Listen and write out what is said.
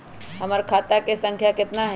हमर खाता के सांख्या कतना हई?